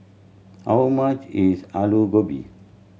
how much is Alu Gobi